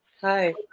Hi